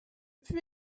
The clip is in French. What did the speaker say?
pus